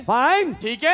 fine